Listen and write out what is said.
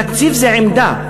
תקציב זה עמדה,